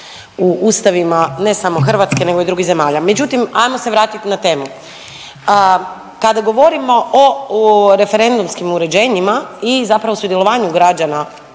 u ustavima ne samo Hrvatske nego i drugih zemalja. Međutim, ajmo se vratiti na temu. Kada govorimo o referendumskim uređenjima i zapravo sudjelovanju građana